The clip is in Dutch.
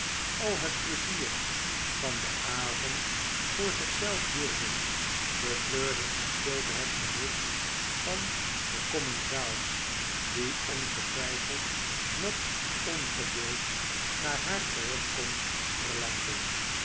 al het pleizier van den avond voor zich zelf hielden betreurde in stilte het gemis van de commensaals die ongetwijfeld met ongeduld naar haar terugkomst verlangden